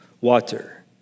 water